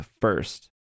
first